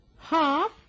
Half